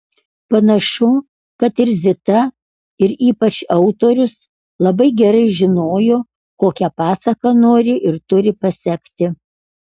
panašu kad ir zita ir ypač autorius labai gerai žinojo kokią pasaką nori ir turi pasekti